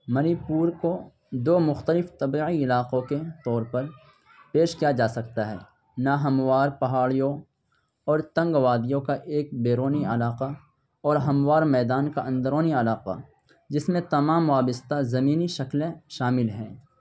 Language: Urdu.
منی پور کو دو مختلف طبعی علاقوں کے طور پر پیش کیا جا سکتا ہے ناہموار پہاڑیوں اور تنگ وادیوں کا ایک بیرونی علاقہ اور ہموار میدان کا اندرونی علاقہ جس میں تمام وابستہ زمینی شکلیں شامل ہیں